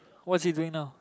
what's he doing now